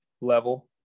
level